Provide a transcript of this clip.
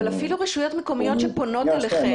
אפילו רשויות מקומיות שפונות אליכם --- שנייה,